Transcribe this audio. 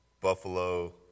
Buffalo